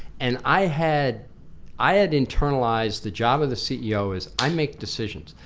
and i had i had internalized the job of the ceo as i make decisions.